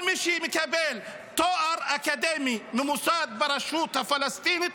כל מי שמקבל תואר אקדמי ממוסד ברשות הפלסטינית